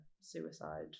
suicide